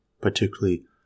particularly